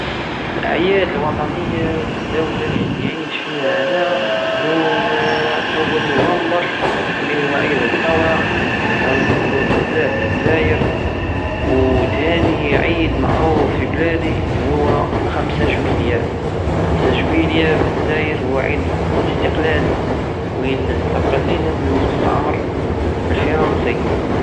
الأعياد الوطنية في الدولة الي نعيش فيها أنا هو أول نوفمبر والي هو عيد الثورة انا نحبو بزاف عدزاير وتاني عيد معروف في بلادي هو خمسة جويلية خمسة جويلية في دزاير هو عيد الاستقلال وين ستقلينا من المستعمر الفرنسي